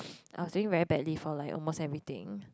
I was doing very badly for like almost everything